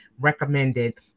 recommended